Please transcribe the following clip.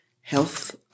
health